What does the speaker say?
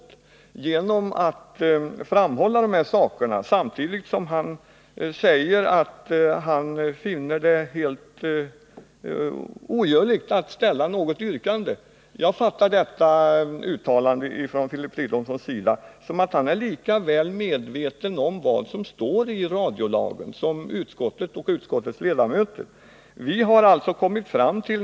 Men när Filip Fridolfsson samtidigt säger att han finner det helt ogörligt att ställa något yrkande, gör han inte läget lättare för utskottet. Jag fattar hans uttalande så att han är lika väl medveten som utskottets ledamöter om vad som står i radiolagen.